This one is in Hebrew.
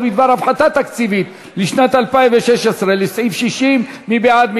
להסתייגויות בדבר הפחתת תקציבית לסעיף 60 לשנת 2016. מי בעד?